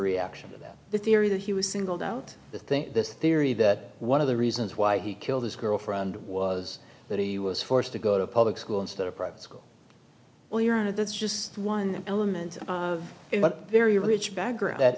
reaction to that the theory that he was singled out the think this theory that one of the reasons why he killed his girlfriend was that he was forced to go to a public school instead of private school well your honor that's just one element of it but very rich background that